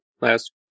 last